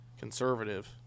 conservative